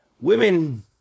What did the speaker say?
women